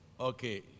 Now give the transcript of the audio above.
Okay